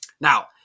Now